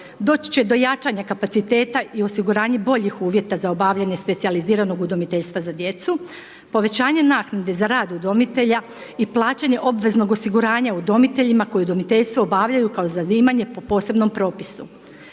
doći će do jačanja kapaciteta i osiguranje boljih uvjeta za obavljanje specijaliziranog udomiteljstva za djecu. Povećanje naknade za rad udomitelja i plaćanje obveznog osiguranja udomiteljima koji udomiteljstvo obavljaju kao zanimanje po posebnom propisu.